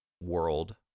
world